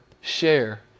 share